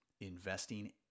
Investing